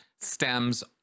stems